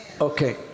Okay